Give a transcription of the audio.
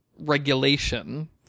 regulation